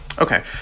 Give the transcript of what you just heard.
Okay